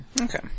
Okay